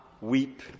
weep